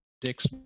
Dick's